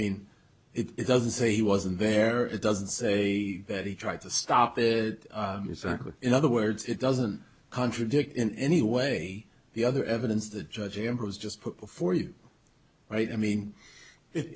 mean it doesn't say he wasn't there it doesn't say that he tried to stop it exactly in other words it doesn't contradict in any way the other evidence the judge him has just put before you right i mean it